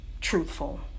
truthful